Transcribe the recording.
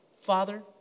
Father